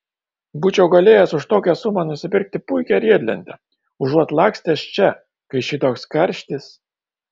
būčiau galėjęs už tokią sumą nusipirkti puikią riedlentę užuot lakstęs čia kai šitoks karštis